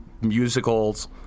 musicals